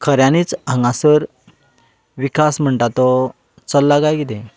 खऱ्यानीच हांगासर विकास म्हणटा तो चल्ला काय कितें